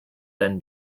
then